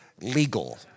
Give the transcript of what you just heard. legal